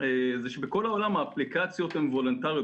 בכל העולם האפליקציות הן וולונטריות,